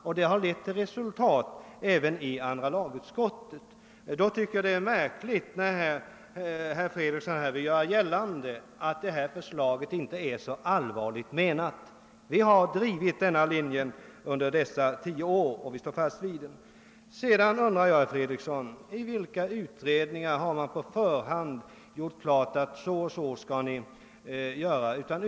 Detta har lett till resultat även i andra lagutskottet. Jag tycker därför att det är märkligt att herr Fredriksson vill göra gällande att förslaget inte är allvarligt menat. Vi har drivit denna fråga i tio år, och vi håller fast vid denna linje. Sedan vill jag fråga herr Fredriksson: För vilka utredningar har man på förhand gjort klart att problemen bör lösas på det ena eller andra sättet?